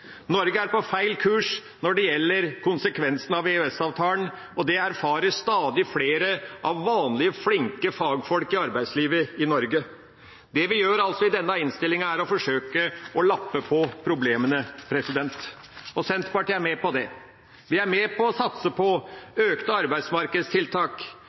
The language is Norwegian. Norge er på feil kurs når det gjelder konsekvensene av EØS-avtalen, og det erfarer stadig flere av de vanlige, flinke fagfolkene i arbeidslivet. Det vi gjør i denne innstillinga, er å forsøke å lappe på problemene. Senterpartiet er med på det, og vi er med på å satse